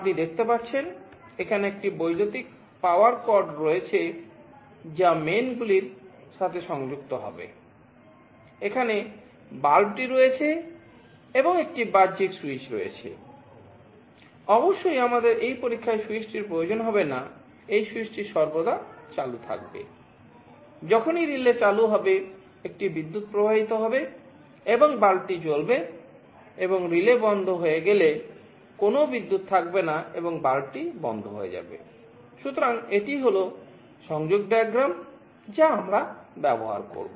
আপনি দেখতে পাচ্ছেন এখানে একটি বৈদ্যুতিক পাওয়ার যা আমরা ব্যবহার করব